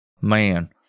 Man